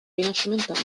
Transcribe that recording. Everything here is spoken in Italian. rinascimentale